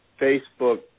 Facebook